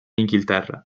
inghilterra